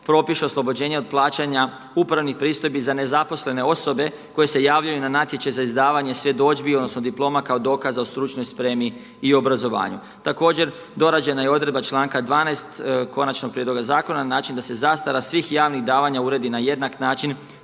propiše oslobođenje od plaćanja upravnih pristojbi za nezaposlene osobe koje se javljaju na natječaj za izdavanje svjedodžbi, odnosno diploma kao dokaza o stručnoj spremi i obrazovanju. Također, dorađena je i odredba čanka 12. Konačnog prijedloga zakona na način da se zastara svih javnih davanja uredi na jednak način,